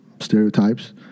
stereotypes